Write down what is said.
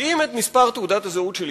כי אם את מספר תעודת הזהות שלי,